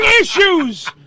issues